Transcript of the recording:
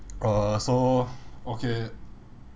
uh so okay